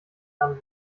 herrn